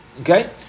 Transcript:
Okay